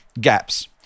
gaps